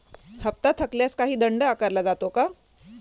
हप्ता थकल्यास काही दंड आकारला जातो का?